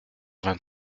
vingt